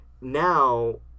now